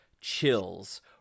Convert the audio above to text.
chills